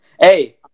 Hey